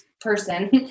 person